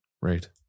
Right